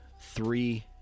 three